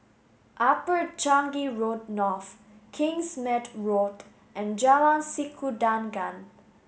Upper Changi Road North Kingsmead Road and Jalan Sikudangan